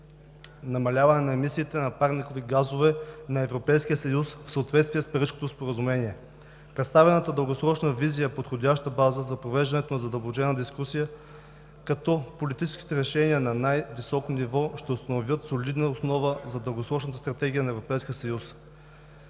намаляване на емисиите на парникови газове на ЕС в съответствие с Парижкото споразумение“. Представената дългосрочна визия е подходяща база за провеждането на задълбочена дискусия, като политическите решения на най високо ниво ще установят солидна основа за Дългосрочната стратегия на Европейския съюз.